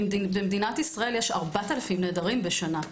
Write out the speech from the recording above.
במדינת ישראל יש 4,000 נעדרים בשנה.